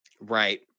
Right